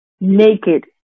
naked